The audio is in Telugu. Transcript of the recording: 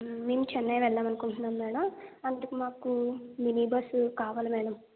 మేము చెన్నై వెళ్దాం అనుకుంటున్నాం మేడం అందుకు మాకు మినీ బస్సు కావాలి మేడం